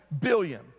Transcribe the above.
billion